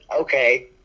okay